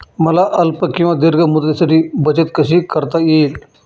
मला अल्प किंवा दीर्घ मुदतीसाठी बचत कशी करता येईल?